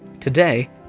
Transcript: Today